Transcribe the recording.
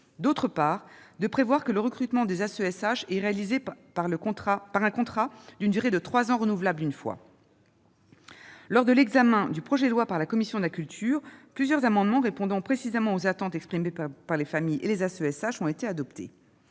d'autre part, de prévoir que les AESH soient recrutés par contrat d'une durée de trois ans renouvelable une fois. Lors de l'examen du projet de loi par la commission de la culture, plusieurs amendements visant précisément à répondre aux attentes exprimées par les familles et les AESH ont été adoptés.